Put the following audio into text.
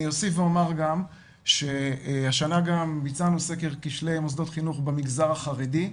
אוסיף ואומר גם שהשנה ביצענו סקר כשלי מוסדות חינוך במגזר החרדי,